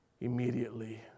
immediately